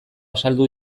azaldu